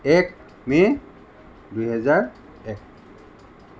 এক মে' দুহেজাৰ এক